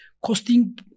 costing